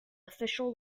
official